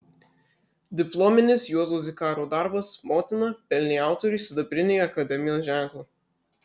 diplominis juozo zikaro darbas motina pelnė autoriui sidabrinį akademijos ženklą